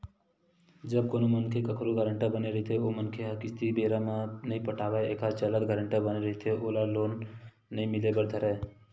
जब कोनो मनखे कखरो गारेंटर बने रहिथे ओ मनखे ह किस्ती बेरा म नइ पटावय एखर चलत गारेंटर बने रहिथे ओला लोन नइ मिले बर धरय